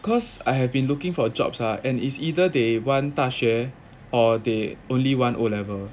cause I have been looking for jobs lah and it's either they want 大学 or they only want O level